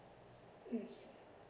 mm